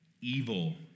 evil